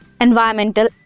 environmental